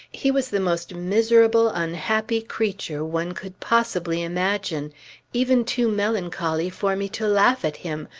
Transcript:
he was the most miserable, unhappy creature one could possibly imagine even too melancholy for me to laugh at him,